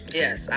yes